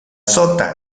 sota